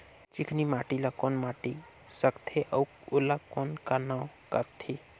चिकनी माटी ला कौन माटी सकथे अउ ओला कौन का नाव काथे?